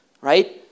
right